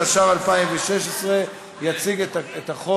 התשע"ו 2016. יציג את הצעת החוק